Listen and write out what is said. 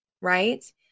right